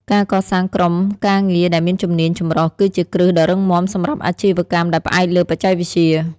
ការកសាងក្រុមការងារដែលមានជំនាញចម្រុះគឺជាគ្រឹះដ៏រឹងមាំសម្រាប់អាជីវកម្មដែលផ្អែកលើបច្ចេកវិទ្យា។